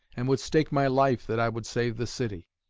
and would stake my life that i would save the city.